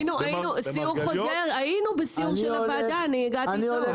היינו, היינו בסיור של הוועדה, אני הגעתי אתו,